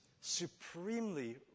supremely